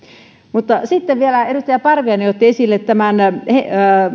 mutta sitten vielä edustaja parviainen otti esille